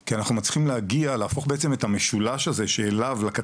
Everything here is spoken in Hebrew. כי אנחנו מצליחים להפוך את המשולש הזה שבקצה,